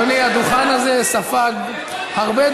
על הצעת חוק לימוד חובה (תיקון,